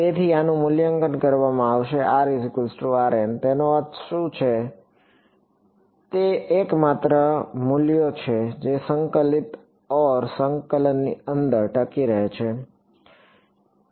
તેથી આનું મૂલ્યાંકન કરવામાં આવશે કે તેનો અર્થ શું છે તે એકમાત્ર મૂલ્યો છે જે સંકલિત સંકલન ની અંદર ટકી રહે છે તેથી